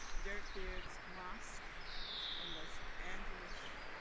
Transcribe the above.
derrick beard's mosque in los angeles,